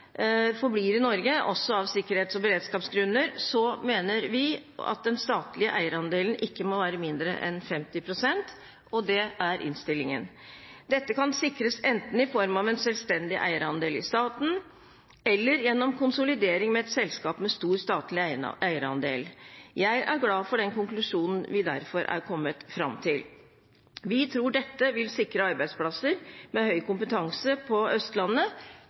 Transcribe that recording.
forblir i Norge – også av sikkerhets- og beredskapsgrunner – mener vi at den statlige eierandelen ikke må være mindre enn 50 pst., og det er innstillingen. Dette kan sikres enten i form av en selvstendig eierandel i staten eller gjennom konsolidering med et selskap med stor statlig eierandel. Jeg er derfor glad for den konklusjonen vi er kommet fram til. Vi tror dette vil sikre arbeidsplasser med høy kompetanse på Østlandet